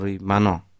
mano